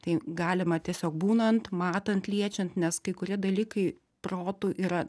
tai galima tiesiog būnant matant liečiant nes kai kurie dalykai protu yra